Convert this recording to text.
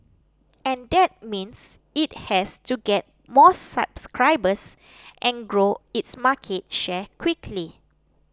and that means it has to get more subscribers and grow its market share quickly